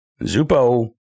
Zupo